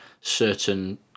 certain